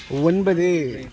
ஒன்பது